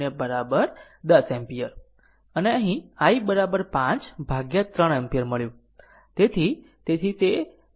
તેથી i0 10 ampere અને અહીં i 5 ભાગ્યા 3 એમ્પીયર મળ્યું